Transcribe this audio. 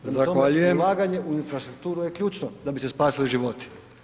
Prema to, ulaganje u infrastrukturu je ključno da bi se spasili životi.